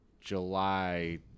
july